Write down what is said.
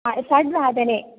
षड्वादने